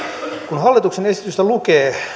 kun hallituksen esitystä lukee